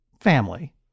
family